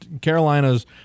Carolina's